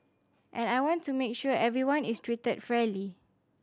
and I want to make sure everyone is treated fairly